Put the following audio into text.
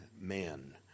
man